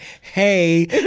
hey